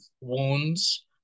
wounds